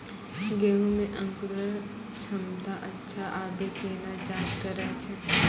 गेहूँ मे अंकुरन क्षमता अच्छा आबे केना जाँच करैय छै?